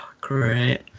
Great